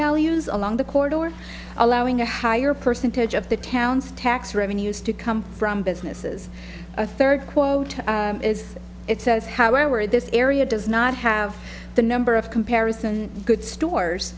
values along the corridor allowing a higher percentage of the town's tax revenue used to come from businesses a third quote is it says however this area does not have the number of comparison good stores